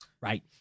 right